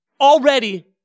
already